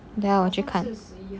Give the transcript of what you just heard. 等下我去看